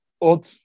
old